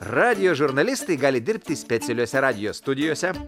radijo žurnalistai gali dirbti specialiose radijo studijose